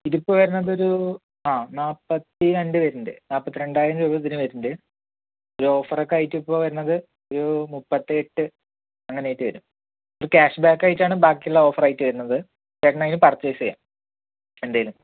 ഇതിപ്പോൾ വരണത് ഒരു ആ നാൽപ്പത്തിരണ്ട് വരുന്നുണ്ട് നാൽപ്പത്തിരണ്ടായിരം രൂപ ഇതിന് വരുന്നുണ്ട് ഓഫർ ഒക്കെ ആയിട്ടിപ്പോൾ വരണത് ഒരു മുപ്പത്തിയെട്ട് അങ്ങനെ റേറ്റ് വരും പിന്നെ ക്യാഷ് ബാക്ക് ആയിട്ട് ആണ് ബാക്കിയുള്ള ഓഫർ ആയിട്ട് വരുന്നത് ചേട്ടൻ പർച്ചേസ് ചെയ്യാം എന്തെങ്കിലും